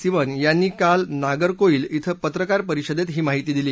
सिवन यांनी काल नागरकोविल कें पत्रकार परिषदेत ही माहिती दिली